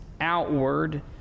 outward